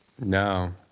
No